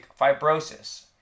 Fibrosis